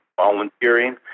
volunteering